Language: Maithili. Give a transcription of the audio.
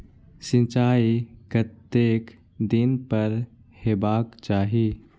सिंचाई कतेक दिन पर हेबाक चाही?